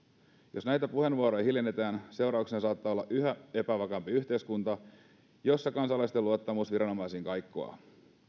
jos näitä puheenvuoroja hiljennetään seurauksena saattaa olla yhä epävakaampi yhteiskunta jossa kansalaisten luottamus viranomaisiin kaikkoaa